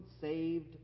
saved